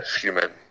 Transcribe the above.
human